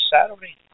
Saturday